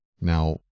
Now